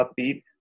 upbeat